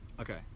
okay